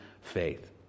faith